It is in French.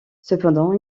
cependant